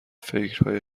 فکرهای